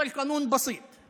(אומר דברים בשפה הערבית,